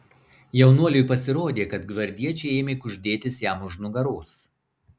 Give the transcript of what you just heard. jaunuoliui pasirodė kad gvardiečiai ėmė kuždėtis jam už nugaros